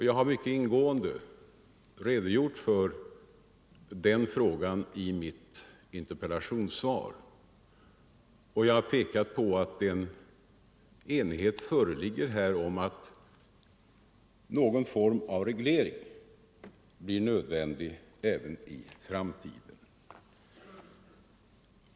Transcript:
Jag har mycket ingående redogjort för den frågan i mitt interpellationssvar, och jag har pekat på att enighet råder om att någon form av reglering blir nödvändig även i framtiden.